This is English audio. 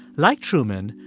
like truman,